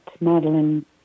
Madeline